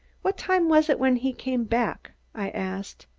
what time was it when he came back? i asked.